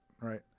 right